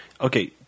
okay